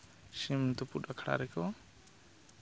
ᱥᱤᱢ ᱛᱩᱯᱩᱜ ᱟᱠᱷᱲᱟ ᱨᱮᱠᱚ